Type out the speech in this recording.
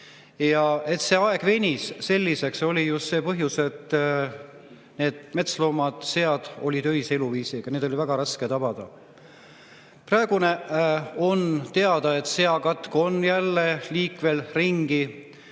et see aeg venis selliseks, oli just see, et metsloomad, sead on öise eluviisiga, neid on väga raske tabada. Praegu on teada, et seakatk on jälle liikvel, ning